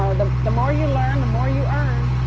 ah the the more you learn, the more you earn.